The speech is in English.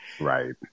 Right